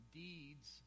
deeds